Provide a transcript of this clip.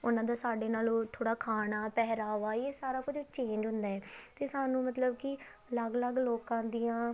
ਉਹਨਾਂ ਦਾ ਸਾਡੇ ਨਾਲੋਂ ਉਹ ਥੋੜ੍ਹਾ ਖਾਣਾ ਪਹਿਰਾਵਾ ਇਹ ਸਾਰਾ ਕੁਝ ਚੇਂਜ ਹੁੰਦਾ ਹੈ ਅਤੇ ਸਾਨੂੰ ਮਤਲਬ ਕਿ ਅਲੱਗ ਅਲੱਗ ਲੋਕਾਂ ਦੀਆਂ